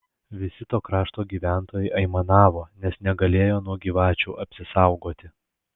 visi to krašto gyventojai aimanavo nes negalėjo nuo gyvačių apsisaugoti